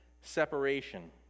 separation